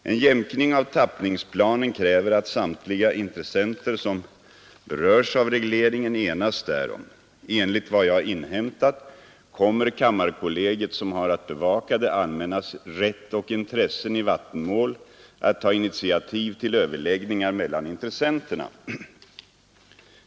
En jämkning av tappningsplanen kräver att samtliga intressenter som berörs av regleringen enas därom. Enligt vad jag inhämtat kommer kammarkollegiet, som har att bevaka det allmännas rätt och intressen i vattenmål, att ta initiativ till överläggningar mellan intressenterna.